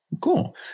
Cool